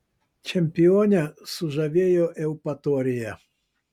čempionę sužavėjo eupatorija